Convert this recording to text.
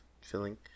filling